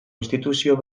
instituzio